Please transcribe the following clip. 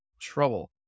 Trouble